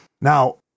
Now